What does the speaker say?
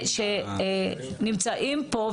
שנמצאים פה.